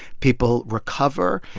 people recover,